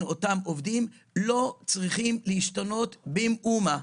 אותם עובדים לא צריכים להשתנות במאומה.